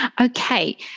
Okay